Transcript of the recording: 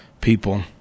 people